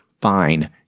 fine